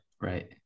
right